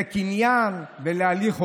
לקניין ולהליך הוגן,